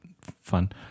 fun